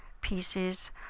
pieces